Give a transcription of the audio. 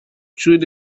through